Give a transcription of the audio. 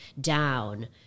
down